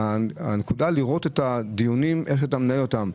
צריך לראות איך אתה מנהל את הדיונים.